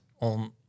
on